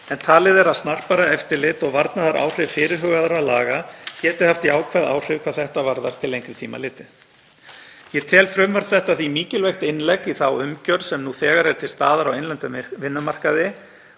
en talið er að snarpara eftirlit og varnaðaráhrif fyrirhugaðra laga geti haft jákvæð áhrif hvað þetta varðar til lengri tíma litið. Ég tel frumvarp þetta því mikilvægt innlegg í þá umgjörð sem nú þegar er til staðar á innlendum vinnumarkaði